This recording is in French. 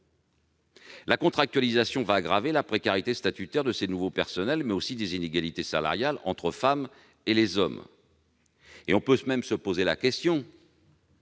La contractualisation va aggraver la précarité statutaire de ces nouveaux personnels, mais aussi les inégalités salariales entre les femmes et les hommes. Certes, il est prévu que